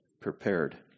prepared